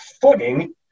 footing